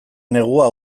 negua